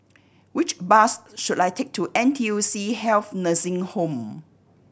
which bus should I take to N T U C Health Nursing Home